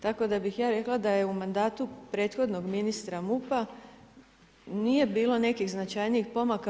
Tako da bih ja rekla da je u mandatu prethodnog ministra MUP-a nije bilo nekih značajnijih pomaka.